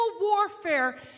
warfare